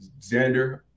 Xander